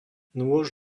nôž